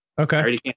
Okay